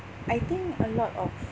I think a lot of